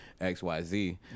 xyz